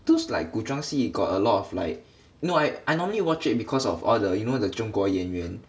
those like 古装戏 got a lot of like no I I normally watch it because of all the you know that 中国演员